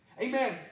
Amen